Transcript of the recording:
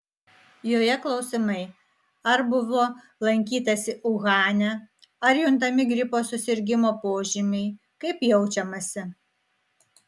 joje klausimai ar buvo lankytasi uhane ar juntami gripo susirgimo požymiai kaip jaučiamasi